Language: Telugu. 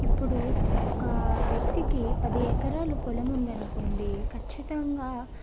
ఇప్పుడు ఒక వ్యక్తికీ పది ఎకరాలు పొలం ఉందనుకోండి ఖచ్చితంగా